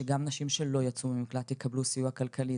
שגם נשים שלא יצאו ממקלט יקבלו סיוע כלכלי.